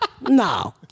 No